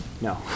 No